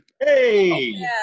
Hey